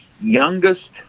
youngest